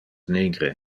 nigre